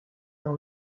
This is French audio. dans